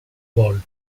vol